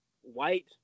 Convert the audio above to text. white